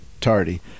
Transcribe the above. tardy